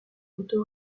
otto